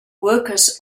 workers